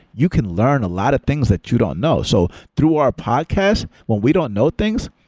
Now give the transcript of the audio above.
you can learn a lot of things that you don't know. so, through our podcast, when we don't know things,